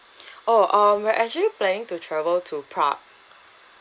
oh um we're actually planning to travel to prague